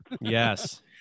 Yes